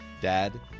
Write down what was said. dad